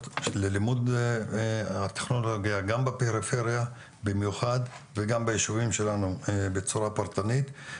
ללימוד הטכנולוגיה גם בפרפריה במיוחד וגם בישובים שלנו בצורה פרטנית.